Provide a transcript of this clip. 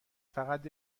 فقط